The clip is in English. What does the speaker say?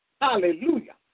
hallelujah